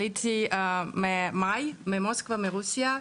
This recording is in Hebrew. עליתי ממוסקבה, מרוסיה.